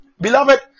Beloved